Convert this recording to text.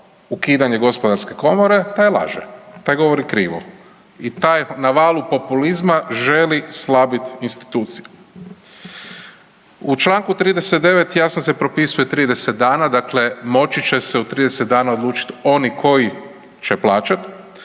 ukidanje gospodarske komore taj laže, taj govori krivo i taj na valu populizma želi slabit institucije. U Članku 39. jasno se propisuje 30 dana, dakle moći će se u 30 dana odlučit oni koji će plaćat,